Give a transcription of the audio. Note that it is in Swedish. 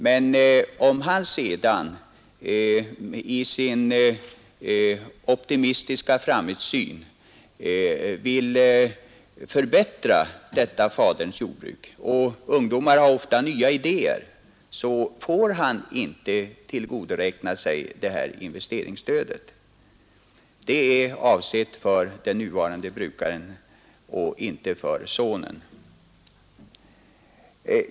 Men om han sedan i sin optimistiska framtidssyn vill förbättra faderns jordbruk - ungdomar har ofta nya idéer — får han inte tillgodoräkna sig investeringsstödet, eftersom detta är avsett för den nuvarande brukaren och inte för sonen.